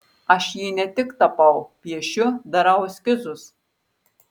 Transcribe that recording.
aš jį ne tik tapau piešiu darau eskizus